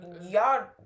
Y'all